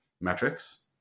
metrics